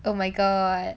oh my god